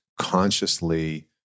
consciously